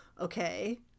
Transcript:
okay